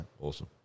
Awesome